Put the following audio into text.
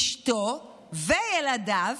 אשתו וילדיו